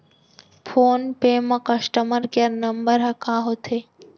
Phone पे म customer care number ह का होथे?